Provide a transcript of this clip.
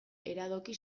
iradoki